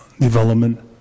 development